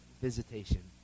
visitation